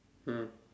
mm